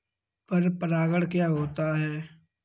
पर परागण क्या होता है?